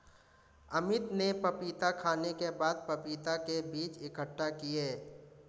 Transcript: अमित ने पपीता खाने के बाद पपीता के बीज इकट्ठा किए